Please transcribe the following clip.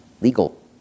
legal